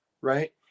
Right